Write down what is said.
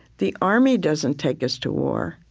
the army doesn't take us to war.